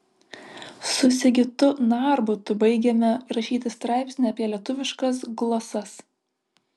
su sigitu narbutu baigėme rašyti straipsnį apie lietuviškas glosas